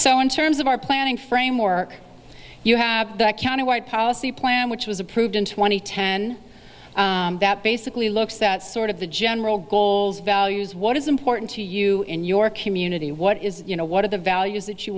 so in terms of our planning framework you have the county wide policy plan which was approved in two thousand and ten that basically looks that sort of the general goals values what is important to you in your community what is you know what are the values that you